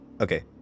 okay